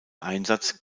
einsatz